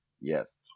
yes